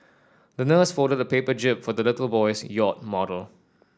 the nurse folded a paper jib for the little boy's yacht model